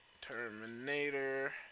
Terminator